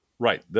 Right